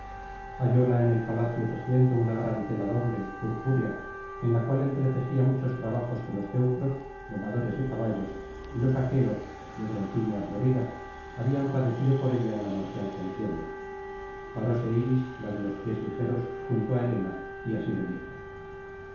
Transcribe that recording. hallóla en el palacio tejiendo una gran tela doble purpúrea en la cual entretejía muchos trabajos que los teneros domadores de caballos y los aqueos de broncíneas lorigas habían padecido por ella en la marcial contienda paróse iris la de los pies ligeros junto á helena y así le dijo